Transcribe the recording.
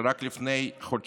שרק לפני חודשיים